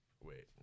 Wait